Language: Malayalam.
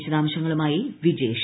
വിശദാംശങ്ങളുമായി വിജേഷ്